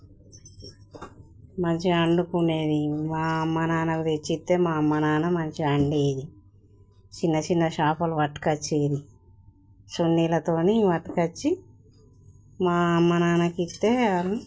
మంచిగా వండుకునేది మా అమ్మ నాన్నకు తెచ్చిస్తే మా అమ్మ నాన్న మంచిగా వండేది చిన్న చిన్న చేపలు పట్టుకోచ్చేది చున్నీలతో పట్టుకొచ్చి మా అమ్మ నాన్నకి ఇస్తే వాళ్ళు